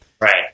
Right